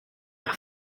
air